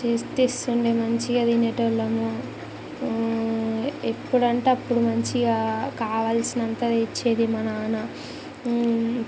తెస్ తెస్తుండే మంచిగా తినేటోళ్ళం ఎప్పుడంటే అప్పుడు మంచిగా కావలసినంత తెచ్చేది మా నాన్న